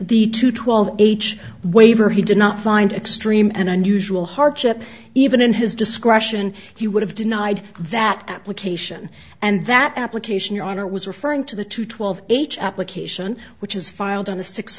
the two twelve h waiver he did not find extreme and unusual hardship even in his discretion he would have denied that application and that application your honor was referring to the two twelve h application which is filed on the six